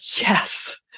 yes